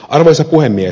arvoisa puhemies